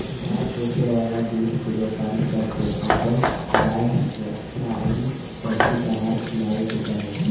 गाय पोसे वाला दूध के व्यापारी सब के अपन गाय के अच्छा अउरी पौष्टिक आहार खिलावे के चाही